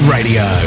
Radio